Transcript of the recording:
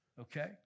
Okay